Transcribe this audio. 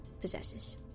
possesses